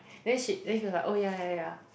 then she that he was like oh ya ya ya